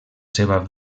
seva